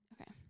Okay